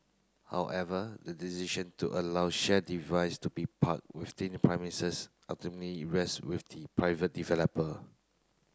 however the decision to allow shared device to be parked within the premises ultimately rests with the private developer